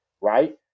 right